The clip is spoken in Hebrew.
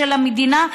למדינה,